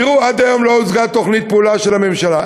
תראו, עד היום לא הוצגה תוכנית פעולה של הממשלה.